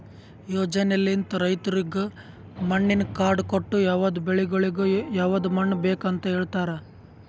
ಯೋಜನೆಲಿಂತ್ ರೈತುರಿಗ್ ಮಣ್ಣಿನ ಕಾರ್ಡ್ ಕೊಟ್ಟು ಯವದ್ ಬೆಳಿಗೊಳಿಗ್ ಯವದ್ ಮಣ್ಣ ಬೇಕ್ ಅಂತ್ ಹೇಳತಾರ್